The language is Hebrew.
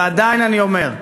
ועדיין אני אומר: